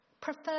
Prefer